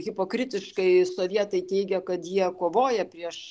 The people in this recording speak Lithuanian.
hipokritiškai sovietai teigia kad jie kovoja prieš